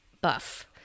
buff